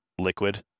Liquid